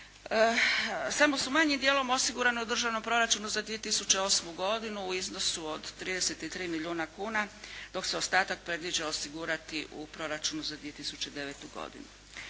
samo su manjim dijelom osigurane u Državnom proračunu za 2008. godinu u iznosu od 33 milijuna kuna dok se ostatak predviđa osigurati u Proračunu za 2009. godinu.